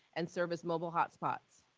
and service mobile hotspots.